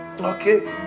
Okay